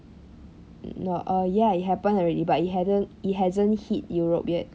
no uh ya it happened already but it hadn't it hasn't europe yet